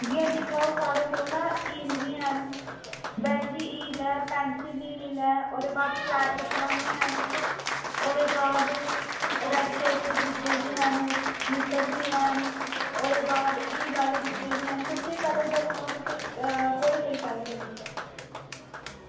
इ'यां दिक्खी लैओ साढ़े कोल हील बी हैन वेज़ी हील ऐ पैंसिल हील ऐ ओह्दे बाद फ्लैट चप्पलां बी हैन ओह्दे बाद रेड टेप दे जूते बी हैन स्लीपर बी हैन ओह्दे बाद हील आह्ले जूते बी हैन तुस एह् पैह्लें दस्सो हां तुसें कोह्दे लेई चाहिदे न